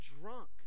drunk